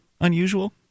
unusual